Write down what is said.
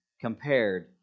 compared